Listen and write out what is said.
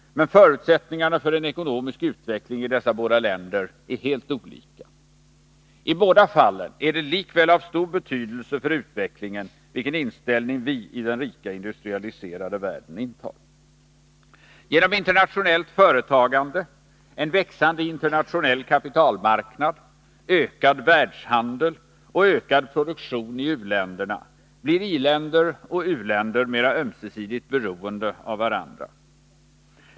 Men förutsättningarna för en ekonomisk utveckling i dessa båda länder är helt olika. I båda fallen är det likväl av stor betydelse för utvecklingen vilken inställning vi i den rika industrialiserade världen har. Genom internationellt företagande, en växande internationell kapitalmarknäd, ökad världshandel och ökad produktion i u-länderna blir i-länder och u-länder mer ömsesidigt beroende av varandra.